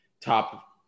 top